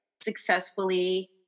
successfully